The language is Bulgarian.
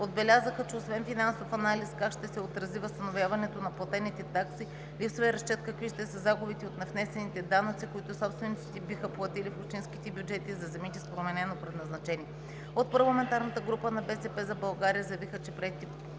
Отбелязаха, че освен финансов анализ как ще се отрази възстановяването на платените такси, липсва и разчет какви ще са загубите от не внесените данъци, които собствениците биха платили в общинските бюджети за земите с променено предназначение. От парламентарната група на „БСП за България“ заявиха, че приетите